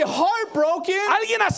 heartbroken